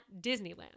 Disneyland